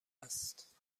است